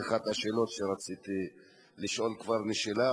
אחת השאלות שרציתי לשאול כבר נשאלה,